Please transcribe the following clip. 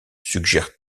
suggère